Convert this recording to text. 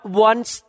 wants